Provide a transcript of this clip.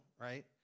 right